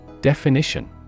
Definition